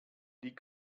die